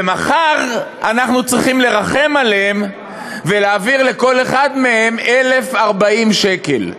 ומחר אנחנו צריכים לרחם עליהם ולהעביר לכל אחד מהם 1,040 שקל.